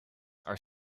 are